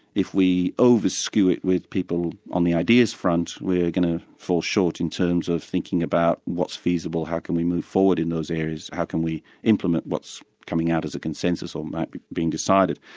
if we over-skew it with people on the ideas front, we're going to fall short in terms of thinking about what's feasible, how can you move forward in those areas, how can we implement what's coming out as a consensus or being decided.